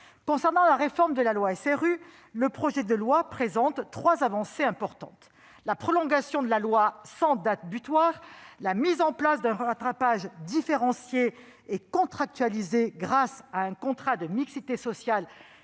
Concernant la réforme de la loi SRU, le projet de loi présente trois avancées importantes : la prolongation de la loi sans date butoir ; la mise en place d'un rattrapage différencié et contractualisé, grâce à un contrat de mixité sociale